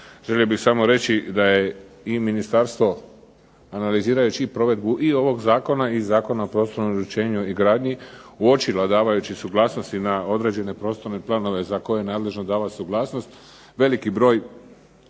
Želio bih samo reći da je i ministarstvo analizirajući provedbu i ovog zakona i Zakona o prostornom uređenju i gradnji uočila davajući suglasnosti na određene prostorne planove za koje je nadležno davat suglasnost, veliki broj